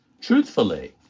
truthfully